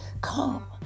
Come